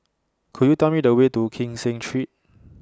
Could YOU Tell Me The Way to Kee Seng Street